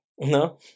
No